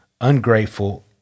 ungrateful